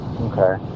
Okay